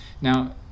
Now